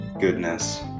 goodness